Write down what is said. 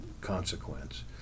consequence